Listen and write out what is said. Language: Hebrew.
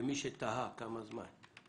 למי שתהה כמה זמן.